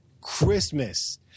Christmas